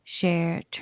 share